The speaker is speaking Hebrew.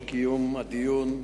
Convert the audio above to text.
על קיום הדיון.